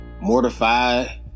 mortified